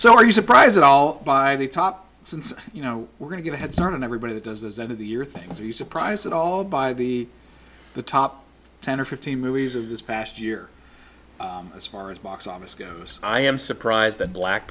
so are you surprised at all by the top since you know we're going to get a head start on everybody does this end of the year things are you surprised at all by the the top ten or fifteen movies of this past year as far as box office goes i am surprised that black